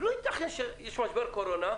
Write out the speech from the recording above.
לא ייתכן שיש משבר קורונה,